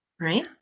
right